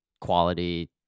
quality